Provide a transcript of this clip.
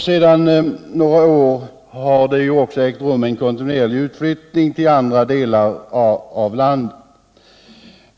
Sedan några år har det också ägt rum en kontinuerlig utflyttning till andra delar av landet.